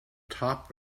top